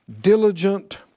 diligent